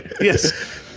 yes